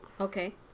Okay